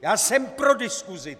Já jsem pro diskusi.